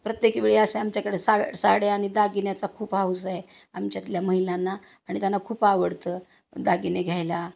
प्रत्येक वेळी असे आमच्याकडे सा साड्या आणि दागिन्याचा खूप हाऊस आहे आमच्यातल्या महिलांना आणि त्यांना खूप आवडतं दागिने घ्यायला